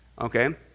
okay